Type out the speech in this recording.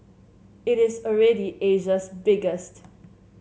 it is already Asia's biggest